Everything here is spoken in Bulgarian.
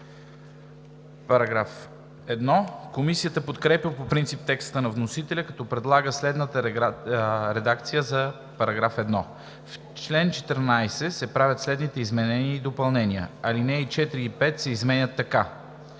Закона. Комисията подкрепя по принцип текста на вносителя, като предлага следната редакция за § 1: „§ 1. В чл. 14 се правят следните изменения и допълнения: 1. Алинеи 4 и 5 се изменят така: